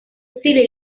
stile